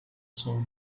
são